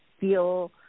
feel